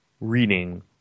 reading